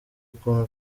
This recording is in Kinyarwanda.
ukuntu